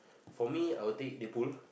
for me I would take Deadpool